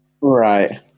Right